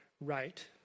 right